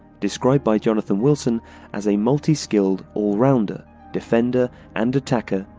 described by jonathan wilson as a multi skilled all-rounder, defender and attacker,